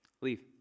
leave